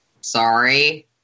sorry